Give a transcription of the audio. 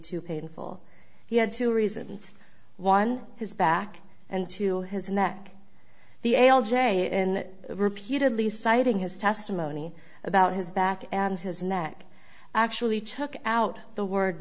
too painful he had two reasons one his back and to his neck the l j in repeatedly citing his testimony about his back and his neck actually took out the word